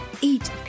Eat